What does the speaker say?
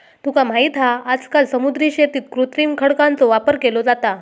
तुका माहित हा आजकाल समुद्री शेतीत कृत्रिम खडकांचो वापर केलो जाता